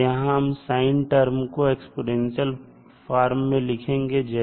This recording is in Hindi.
यहां हम साइन टर्म को एक्स्पोनेंशियल फार्म में लिखेंगे जैसे